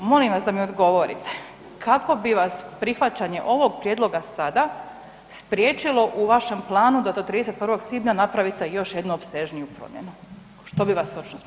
Molim vas da mi odgovorite kako bi vas prihvaćanje ovog prijedloga sada spriječilo u vašem planu da do 31. svibnja napravite još jednu opsežniju promjenu, što bi vas točno spriječilo?